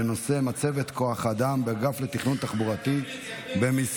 בנושא: מצבת כוח האדם באגף לתכנון תחבורתי במשרד